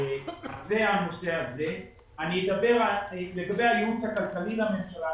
לגבי הייעוץ הכלכלי לממשלה,